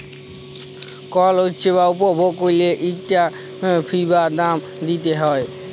call পরিছেবা উপভগ ক্যইরলে ইকটা ফি বা দাম দিইতে হ্যয়